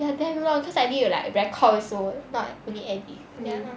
ya damn long cause I need to like record also not only edit then